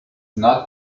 not